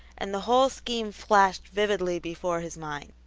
and the whole scheme flashed vividly before his mind.